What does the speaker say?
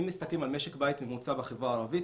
אם מסתכלים על משק בית ממוצע בחברה הערבית,